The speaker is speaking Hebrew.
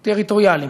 טריטוריאליים,